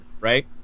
right